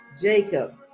Jacob